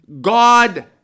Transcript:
God